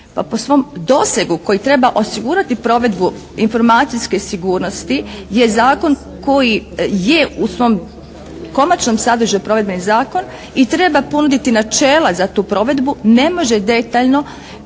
po svom dosegu koji treba osigurati provedbu informacijske sigurnosti je zakon koji je u svom konačnom sadržaju provedbeni zakon i treba ponuditi načela za tu provedbu, ne može detaljno